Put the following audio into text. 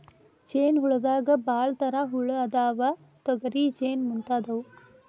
ಜೇನ ಹುಳದಾಗ ಭಾಳ ತರಾ ಹುಳಾ ಅದಾವ, ತೊಗರಿ ಜೇನ ಮುಂತಾದವು